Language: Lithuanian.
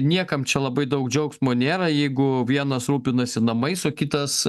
niekam čia labai daug džiaugsmo nėra jeigu vienas rūpinasi namais o kitas